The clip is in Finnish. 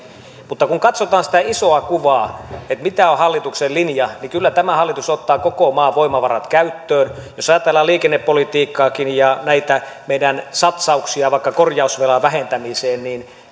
mutta kun katsotaan sitä isoa kuvaa mikä on hallituksen linja niin kyllä tämä hallitus ottaa koko maan voimavarat käyttöön jos ajatellaan liikennepolitiikkaakin ja näitä meidän satsauksiamme vaikka korjausvelan vähentämiseen niin